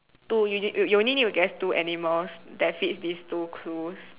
two you you you you only need to guess two animals that fits these two clues